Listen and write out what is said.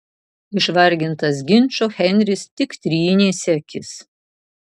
išvargintas ginčo henris tik trynėsi akis